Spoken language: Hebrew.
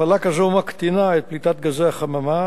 הפעלה כזאת מקטינה את פליטת גזי החממה,